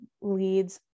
leads